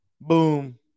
Boom